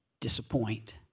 disappoint